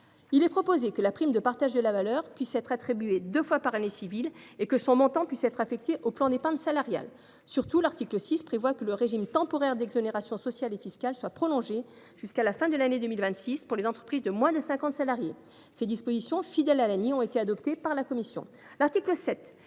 Il est proposé que la prime de partage de la valeur puisse être attribuée deux fois par année civile et que son montant puisse être affecté aux plans d’épargne salariale. Surtout, l’article 6 prévoit que le régime temporaire d’exonération sociale et fiscale soit prolongé jusqu’à la fin de l’année 2026 pour les entreprises de moins de 50 salariés. Ces dispositions, fidèles à l’ANI, ont été adoptées par la commission. L’article 7